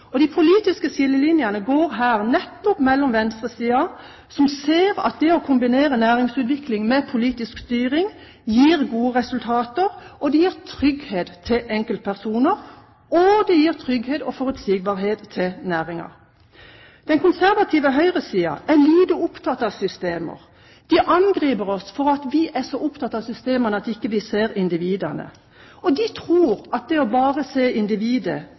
De politiske skillelinjene går her nettopp mellom venstresiden, som ser at det å kombinere næringsutvikling med politisk styring gir gode resultater, gir trygghet til enkeltpersoner og trygghet og forutsigbarhet til næringer, og den konservative høyresiden, som er lite opptatt av systemer. De angriper oss for at vi er så opptatt av systemene at vi ikke ser individene. De tror at det å se bare individet